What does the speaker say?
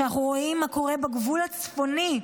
כשאנחנו רואים מה קורה בגבול הצפוני,